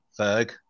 Ferg